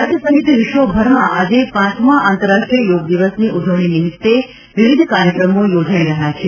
ભારત સહિત વિશ્વભરમા આજે પાંચમા આંતરરાષ્ટ્રીય યોગ દિવસની ઉજવણી નિમિત્તે વિવિધ કાર્યક્રમો યોજાઈ રહ્યા છે